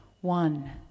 One